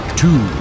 two